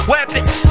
Weapons